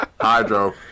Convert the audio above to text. Hydro